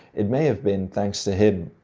it may have been thanks to him,